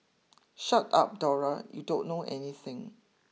shut up Dora you don't know anything